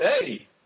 hey